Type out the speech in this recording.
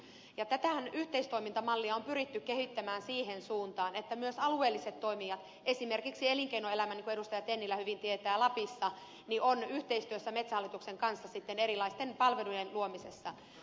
ja tätä yhteistoimintamallia on pyritty kehittämään siihen suuntaan että myös alueelliset toimijat esimerkiksi elinkeinoelämän niin kuin edustaja tennilä hyvin tietää toimijat lapissa ovat yhteistyössä metsähallituksen kanssa sitten erilaisten palvelujen luomisessa